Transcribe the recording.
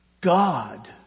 God